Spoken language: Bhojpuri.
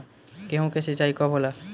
गेहूं के सिंचाई कब होला?